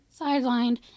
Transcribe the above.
sidelined